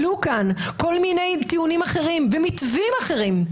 עלו פה כל מיני טיעונים אחרים ומתווים אחרים.